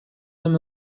them